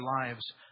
lives